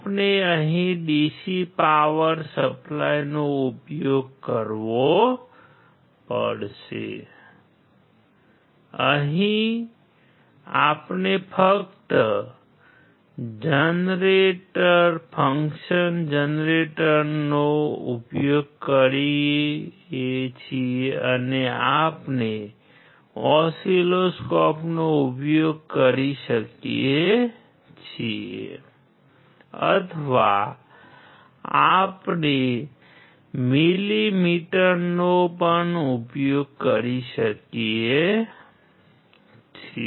આપણે અહીં DC power સપ્લાયનો ઉપયોગ કરવો પડશે આપણે અહીં ફંક્શન જનરેટરનો ઉપયોગ કરએ છીએ અને આપણે ઓસિલોસ્કોપનો ઉપયોગ કરી શકીએ છીએ અથવા આપણે મિલીમીટરનો ઉપયોગ કરી શકીએ છીએ